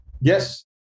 Yes